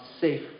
safe